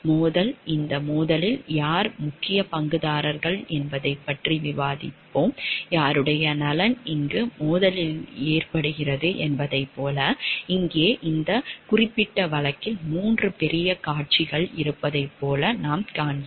மோதல் இந்த மோதலில் யார் முக்கிய பங்குதாரர்கள் என்பதைப் பற்றி விவாதிப்போம் யாருடைய நலன் இங்கு மோதலில் ஈடுபடுகிறது என்பதைப் போல இங்கே இந்த குறிப்பிட்ட வழக்கில் 3 பெரிய கட்சிகள் இருப்பதைப் போல நாம் காண்கிறோம்